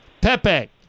Pepe